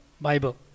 Bible